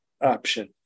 option